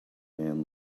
man